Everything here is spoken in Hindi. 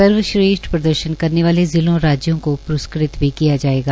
सर्वश्रेष्ठ प्रर्दशन करने वाले जिलों और राज्यों को प्रस्कृत भी किया जायेगा